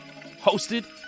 hosted